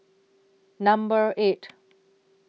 Number eight